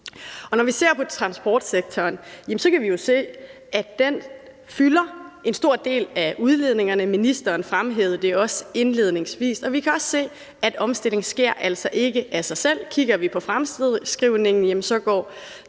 Når vi ser på transportsektoren, kan vi jo se, at den udgør en stor del af udledningerne. Det fremhævede ministeren også indledningsvis. Vi kan også se, at omstillingen altså ikke sker af sig selv. Transportsektorens udledninger er gået